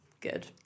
good